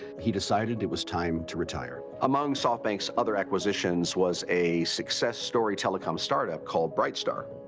he decided it was time to retire. among softbank's other acquisitions was a success story telecom startup called brightstar.